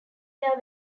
their